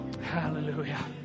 Hallelujah